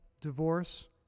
divorce